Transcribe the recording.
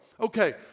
Okay